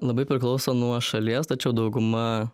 labai priklauso nuo šalies tačiau dauguma